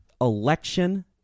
election